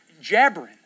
jabbering